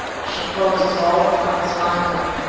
she closes all accounts finally,